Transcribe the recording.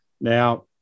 Now